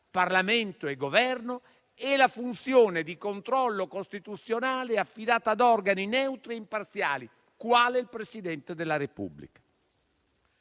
Parlamento e Governo, e la funzione di controllo costituzionale, affidata ad organi neutri e imparziali, quale il Presidente della Repubblica.